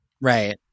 Right